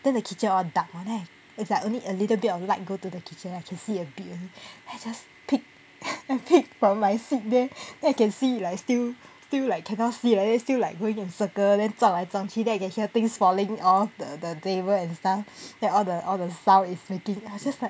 then the kitchen all dark [one] leh it's like only a little bit of light go to the kitchen I can see a bit I just peak and peak from my seat there then you can see like still still like cannot see like that still like going in circle then 撞来撞去 then you can hear things falling off the table and stuff then all the all the sounds is making I just like